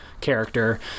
character